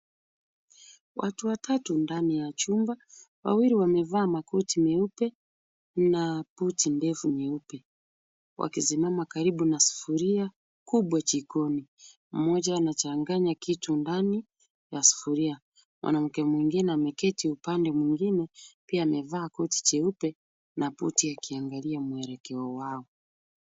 Watu watatu ndani ya chumba. Wawili wamevaa makoti meupe na buti ndefu nyeupe, wakisimama karibu na sufuria kubwa jikoni. Mmoja anachanganya kitu ndani ya sufuria. Mwanamke mwingine ameketi upande mwingine pia amevaa koti jeupe na buti akiangalia mwelekeo wao.